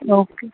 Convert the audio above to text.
okay